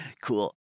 Cool